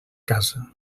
casa